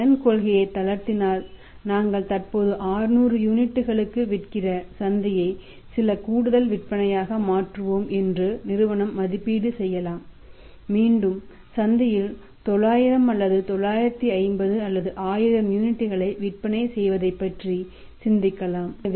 அவர் கடன் கொள்கையை தளர்த்தினால் நாங்கள் தற்போது 600 யூனிட்டுகளுக்கு விற்கிற சந்தையை சில கூடுதல் விற்பனையாக மாற்றுவோம் என்று நிறுவனம் மதிப்பீடு செய்யலாம் மீண்டும் சந்தையில் 900 அல்லது 950 அல்லது 1000 யூனிட்டுகளை விற்பனை செய்வதைப் பற்றி சிந்திக்கலாம்